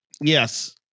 yes